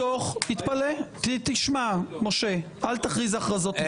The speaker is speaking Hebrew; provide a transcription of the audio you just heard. תתפלא, תשמע, משה, אל תכריז הכרזות לפני.